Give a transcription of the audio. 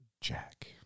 Jack